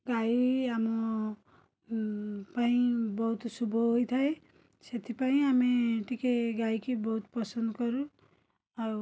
ଗାଈ ଆମ ପାଇଁ ବହୁତ ଶୁଭ ହୋଇଥାଏ ସେଥିପାଇଁ ଆମେ ଟିକିଏ ଗାଈକି ବହୁତ ପସନ୍ଦ କରୁ ଆଉ